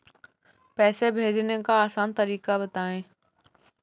पैसे भेजने का आसान तरीका बताए?